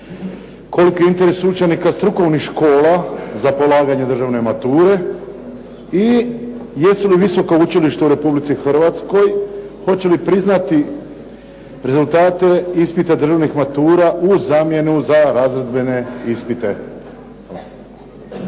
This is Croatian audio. Koliki je interes učenika strukovnih škola za polaganje državne mature? I jesu li visoka učilišta u Republici Hrvatskoj počeli priznati rezultate ispita državnih matura u zamjenu za razredbene ispite?